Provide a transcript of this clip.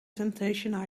temptation